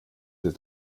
ist